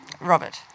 Robert